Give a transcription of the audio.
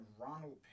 Ronald